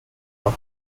how